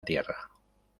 tierra